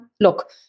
look